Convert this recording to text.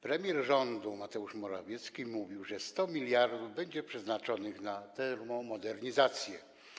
Premier rządu Mateusz Morawiecki mówił, że 100 mld będzie przeznaczonych na termomodernizację.